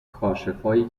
کاشفایی